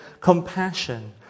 compassion